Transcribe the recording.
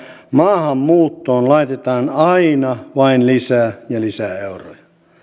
maahanmuuttoon laitetaan aina vain lisää ja lisää euroja